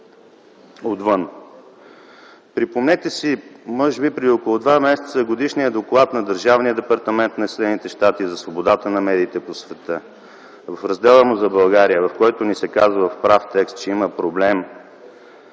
отвън. Припомнете си, може би преди около два месеца Годишния доклад на Държавния департамент на Съединените щати за свободата на медиите по света. В раздела за България ни се казва в прав текст, че има проблем